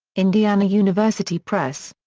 indiana university press.